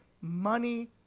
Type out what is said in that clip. money